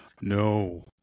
No